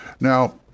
Now